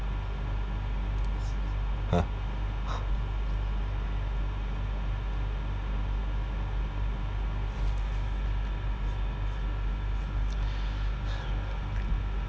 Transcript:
!huh!